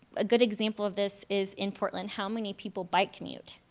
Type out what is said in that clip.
a good example of this is in portland how many people bike commute.